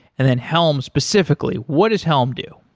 and then helm specifically, what does helm do?